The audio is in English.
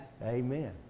amen